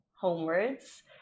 homewards